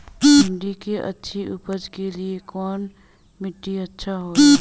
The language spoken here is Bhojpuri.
भिंडी की अच्छी उपज के लिए कवन मिट्टी अच्छा होला?